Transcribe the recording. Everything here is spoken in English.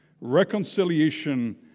reconciliation